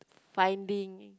finding